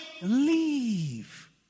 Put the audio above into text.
leave